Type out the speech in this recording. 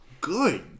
good